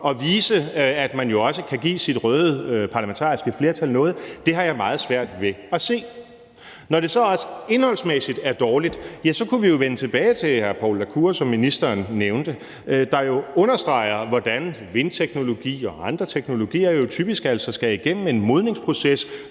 at vise, at man også kan give sit røde parlamentariske flertal noget, har jeg meget svært ved at se. Når det så også indholdsmæssigt er dårligt, ja, så kunne vi jo vende tilbage til hr. Poul la Cour, som ministeren nævnte, der understreger, hvordan vindteknologi og andre teknologier altså typisk skal igennem en modningsproces,